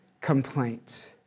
complaint